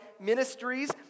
ministries